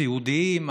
סיעודיים,